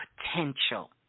potential